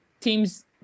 teams